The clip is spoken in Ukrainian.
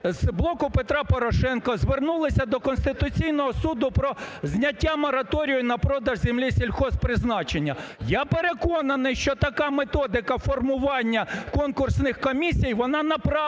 з "Блоку Петра Порошенка" звернулися до Конституційного Суду про зняття мораторію на продаж землі сільгосппризначення. Я переконаний, що така методика формування конкурсних комісій, вона направлена